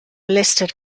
listed